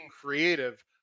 creative